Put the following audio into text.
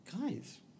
guys